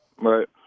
Right